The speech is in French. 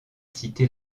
cité